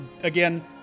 Again